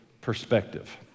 perspective